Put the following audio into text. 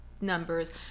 numbers